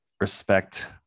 respect